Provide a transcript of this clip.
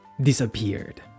disappeared